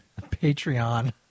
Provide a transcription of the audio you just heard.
Patreon